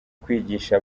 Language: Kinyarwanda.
kwigisha